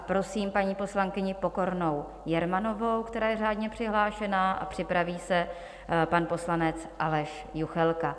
Prosím paní poslankyni Pokornou Jermanovou, která je řádně přihlášená, a připraví se pan poslanec Aleš Juchelka.